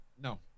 No